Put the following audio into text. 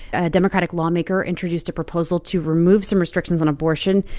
a democratic lawmaker introduced a proposal to remove some restrictions on abortion,